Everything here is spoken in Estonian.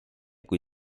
kui